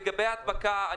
לגבי הדבקה,